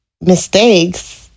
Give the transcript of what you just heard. mistakes